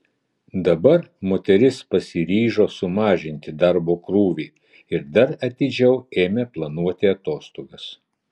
dabar moteris pasiryžo sumažinti darbo krūvį ir dar atidžiau ėmė planuoti atostogas